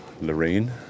Lorraine